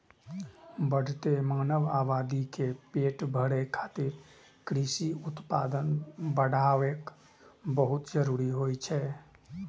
बढ़ैत मानव आबादी के पेट भरै खातिर कृषि उत्पादन बढ़ाएब बहुत जरूरी होइ छै